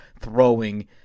throwing